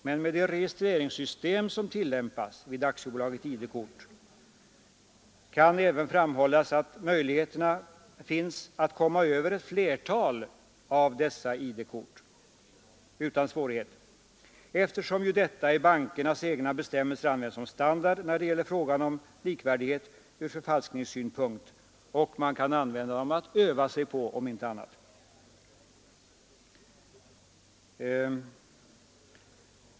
Men med det registreringssystem som tillämpas vid AB ID-kort kan även framhållas att möjligheter finns att utan svårighet komma över ett flertal av detta företags ID-kort, eftersom ju dessa i bankernas egna bestämmelser används som standard när det gäller frågan om likvärdighet ur förfalskningssynpunkt. Man kan om inte annat använda den för att öva sig på.